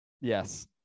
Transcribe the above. Yes